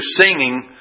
singing